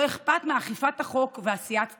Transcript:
לא אכפת מאכיפת החוק ועשיית צדק.